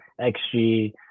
XG